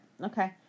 Okay